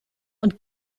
und